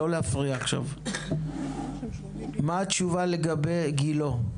מה התשובה לגבי גילה?